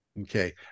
okay